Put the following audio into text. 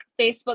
Facebook